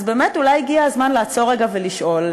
אז באמת אולי הגיע הזמן לעצור רגע ולשאול,